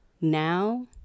now